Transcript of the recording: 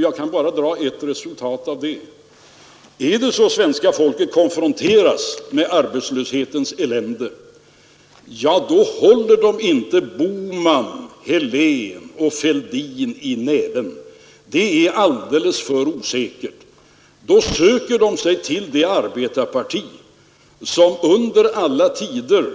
Jag kan bara dra en slutsats av detta: Är det så att svenska folket konfronteras med arbetslöshetens elände, så håller man inte Bohman, Helén och Fälldin i näven — det är alldeles för osäkert — utan då söker man sig till det arbetarparti som under alla tider